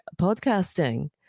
podcasting